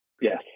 Yes